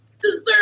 dessert